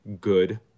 good